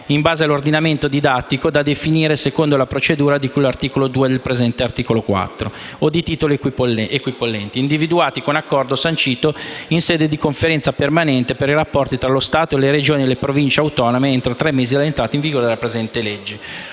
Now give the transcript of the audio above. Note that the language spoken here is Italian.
in base all'ordinamento didattico da definire secondo la procedura di cui al comma 2 del presente articolo 4 - o dei titoli equipollenti -individuati con accordo sancito in sede di Conferenza permanente per i rapporti tra lo Stato, le Regioni e le Province autonome entro tre mesi dall'entrata in vigore della presente legge.